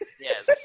Yes